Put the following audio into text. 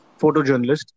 photojournalist